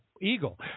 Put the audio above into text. eagle